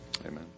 Amen